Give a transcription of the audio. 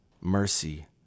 mercy